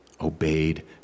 obeyed